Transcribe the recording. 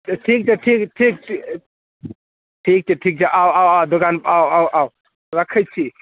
तऽ ठीक छै ठीक ठीक ठीक छै ठीक छै आउ आउ आउ दोकानपर आउ आउ आउ रखै छी